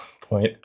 point